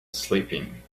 sleeping